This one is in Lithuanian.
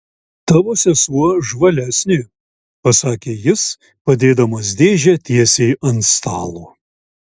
tavo sesuo žvalesnė pasakė jis padėdamas dėžę tiesiai ant stalo